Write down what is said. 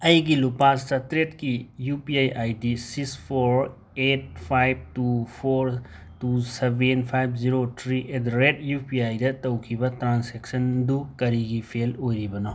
ꯑꯩꯒꯤ ꯂꯨꯄꯥ ꯆꯥꯇ꯭ꯔꯦꯠꯀꯤ ꯌꯨ ꯄꯤ ꯑꯥꯏꯗꯤ ꯁꯤꯁ four eight five two four two seven five zero three eight ꯗ ꯔꯦꯠ ꯌꯨ ꯄꯤ ꯑꯥꯏꯗ ꯇꯧꯈꯤꯕ ꯇ꯭ꯔꯥꯟꯁꯦꯛꯁꯟꯗꯨ ꯀꯔꯤꯒꯤ ꯐꯦꯜ ꯑꯣꯏꯔꯤꯕꯅꯣ